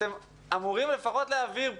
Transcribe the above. אתם אמורים לפחות להעביר כאן,